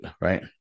right